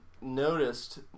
noticed